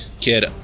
kid